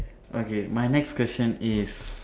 okay my next question is